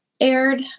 aired